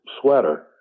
sweater